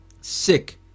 sick